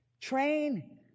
Train